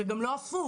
וגם לא הפוך.